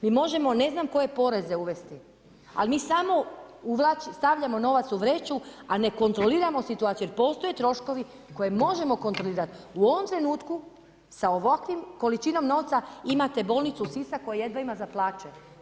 Mi možemo ne znam koje poreze uvesti ali mi samo stavljamo novac u vreću a ne kontroliramo situaciju jer postoje koje možemo kontrolirat, u ovom trenutku, sa ovakvom količinom novca, imate bolnicu Sisak koja jedva ima za plaće.